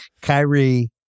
Kyrie